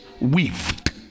weaved